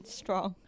strong